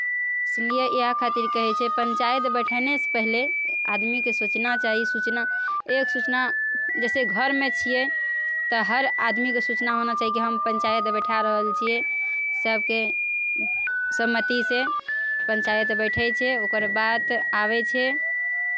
इसलिए इएह खातिर कहै छै पञ्चायत बैठेनेसँ पहिले आदमीकेँ सोचना चाही सूचना एक सूचना जइसे घरमे छियै तऽ हर आदमीकेँ सूचना होना चाही कि हम पञ्चायत बैठा रहल छियै सभके सहमतिसँ पञ्चायत बैठैत छै ओकरबाद आबै छै